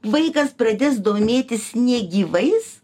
vaikas pradės domėtis negyvais